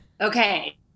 Okay